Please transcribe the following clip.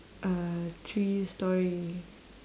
a three storey